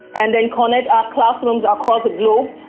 and then connect our classrooms across the globe.